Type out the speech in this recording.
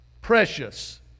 precious